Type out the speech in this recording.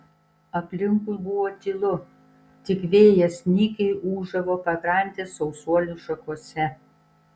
aplinkui buvo tylu tik vėjas nykiai ūžavo pakrantės sausuolių šakose